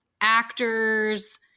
actors